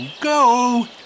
go